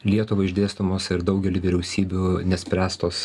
lietuvai išdėstomos ir daugely vyriausybių nespręstos